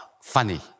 funny